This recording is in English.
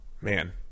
Man